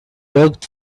looked